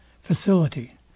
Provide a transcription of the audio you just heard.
facility